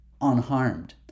unharmed